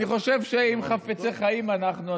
אני חושב שאם חפצי חיים אנחנו,